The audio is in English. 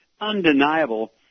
undeniable